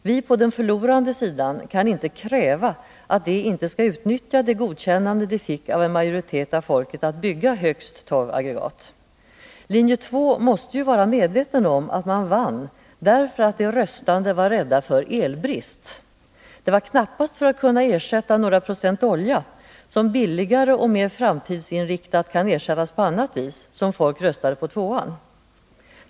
Vi på den förlorande sidan kan inte kräva att de inte skall utnyttja det godkännande de fick av en majoritet av folket att bygga tolv aggregat. Linje 2 måste ju vara medveten om att man vann därför att de röstande var rädda för elbrist. Det var knappast för att kunna ersätta några procent olja, som till ett lägre pris och mer framtidsinriktat kan ersättas på annat vis, som folk röstade på 2:an.